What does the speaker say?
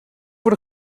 voor